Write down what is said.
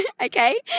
Okay